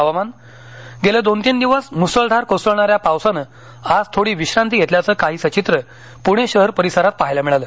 हवामान गेले दोन तीन दिवस मुसळधार कोसळणाऱ्या पावसानं आज थोडी विश्रांती घेतल्याचं काहीसं चित्र आज पुणे शहर परिसरात पाहायला मिळालं